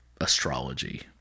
astrology